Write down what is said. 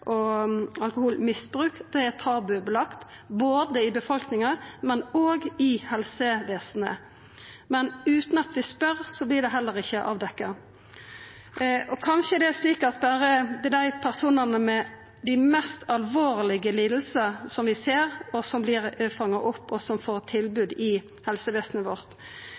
og alkoholmisbruk er tabubelagt, både i befolkninga og i helsevesenet. Men utan at ein spør, vert det heller ikkje avdekt. Kanskje det er slik at det berre er dei personane med dei mest alvorlege lidingane som vi ser, som vert fanga opp, og som får tilbod i helsevesenet vårt.